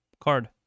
card